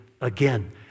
again